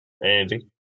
andy